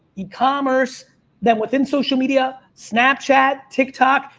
yeah e-commerce, then within social media, snapchat, tiktok.